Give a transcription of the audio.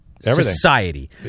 society